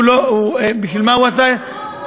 בשביל מה הוא עשה,